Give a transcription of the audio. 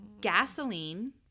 gasoline